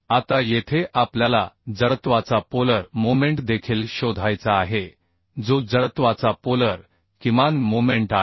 आता येथे आपल्याला जडत्वाचा पोलर मोमेंट देखील शोधायचा आहे जो जडत्वाचा पोलर किमान मोमेंट आहे